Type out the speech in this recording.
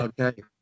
Okay